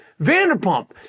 Vanderpump